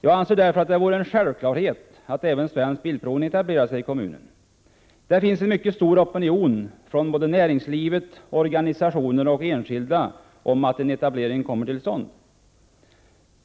Det är därför en självklarhet att även Svensk Bilprovning etablerar sig i kommunen. Det finns en mycket stor opinion från både näringslivet, organisationer och enskilda för en etablering.